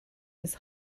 his